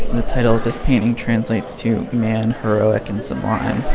the title of this painting translates to man, heroic and sublime.